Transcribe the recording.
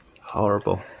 horrible